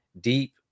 deep